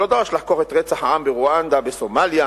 לא דרש לחקור את רצח העם ברואנדה ובסומליה,